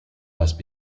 must